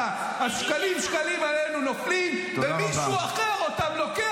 שקלים, נגמר לו הזמן, תן לו לסיים.